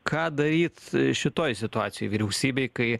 ką daryt šitoj situacijoj vyriausybei kai